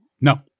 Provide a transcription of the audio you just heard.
No